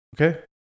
Okay